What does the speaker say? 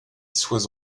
sois